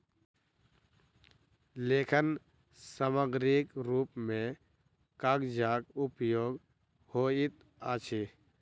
लेखन सामग्रीक रूप मे कागजक उपयोग होइत अछि